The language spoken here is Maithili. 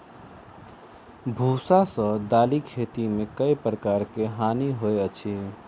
भुआ सँ दालि खेती मे केँ प्रकार केँ हानि होइ अछि?